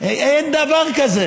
אין את הכסף הזה, אין דבר כזה.